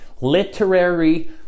literary